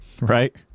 Right